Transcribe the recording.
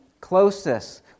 closest